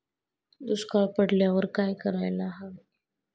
दुष्काळ पडल्यावर काय करायला हवे?